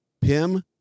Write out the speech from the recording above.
pim